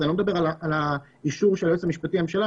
אני לא מדבר על האישור של היועץ המשפטי לממשלה,